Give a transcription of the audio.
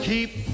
Keep